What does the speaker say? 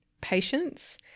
patience